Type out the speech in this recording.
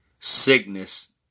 sickness